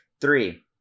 three